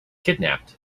kidnapped